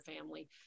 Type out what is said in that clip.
family